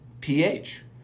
pH